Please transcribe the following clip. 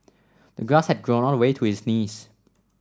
the grass had grown all the way to his knees